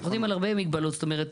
יש פה בחדר נציגי